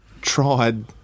tried